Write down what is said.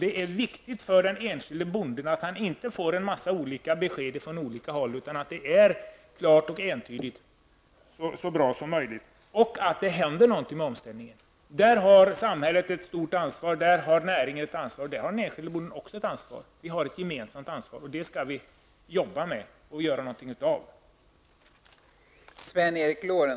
Det är viktigt för den enskilde bonden att inte få en mängd besked från olika håll utan att de är så klara och entydiga som möjligt, så att det händer något när det gäller omställningen. Därvidlag har samhället, näringen och även den enskilde bonden ett ansvar. Vi har ett gemensamt ansvar, och från det skall vi jobba vidare och åstadkomma resultat.